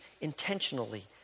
intentionally